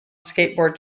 skateboard